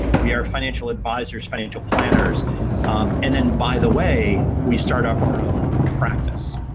we are financial advisors, financial planners and then by the way we start up our own practice.